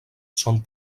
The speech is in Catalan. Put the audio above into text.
són